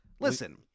Listen